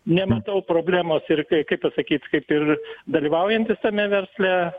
nematau problemos ir kaip pasakyt kaip ir dalyvaujantis tame versle